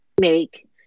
make